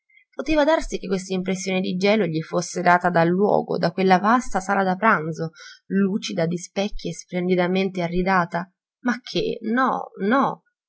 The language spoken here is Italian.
poteva darsi che quest'impressione di gelo gli fosse data dal luogo da quella vasta sala da pranzo lucida di specchi splendidamente arredata ma che no no